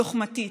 לוחמתית.